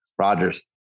Rogers